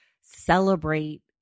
celebrate